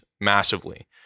massively